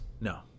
no